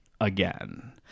again